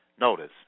Notice